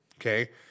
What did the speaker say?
okay